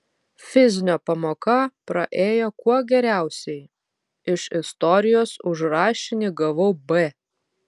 fizinio pamoka praėjo kuo geriausiai iš istorijos už rašinį gavau b